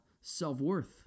self-worth